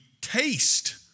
taste